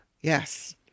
Yes